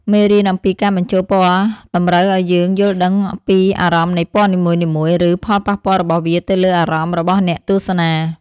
មេរៀនអំពីការបញ្ចូលពណ៌តម្រូវឱ្យយើងយល់ដឹងពីអារម្មណ៍នៃពណ៌នីមួយៗ ឬ ផលប៉ះពាល់របស់វាទៅលើអារម្មណ៍របស់អ្នកទស្សនា។